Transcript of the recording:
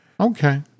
Okay